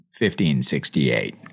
1568